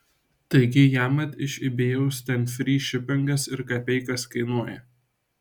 taigi jamat iš ibėjaus ten fry šipingas ir kapeikas kainuoja